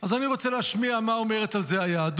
אז אני רוצה להשמיע מה אומרת על זה היהדות.